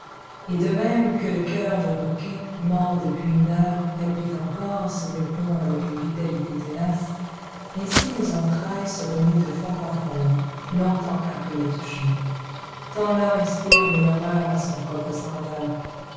et de même que le coeur d'un requin mort depuis une heure palpite encore sur le pont avec une vitalité tenace ainsi nos entrailles se remuent de fond en comble longtemps après l'attouchement tant l'homme inspire de l'horreur à son propre semblable